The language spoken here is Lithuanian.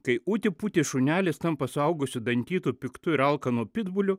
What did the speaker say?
kai uti puti šunelis tampa suaugusiu dantytu piktu ir alkanu pitbuliu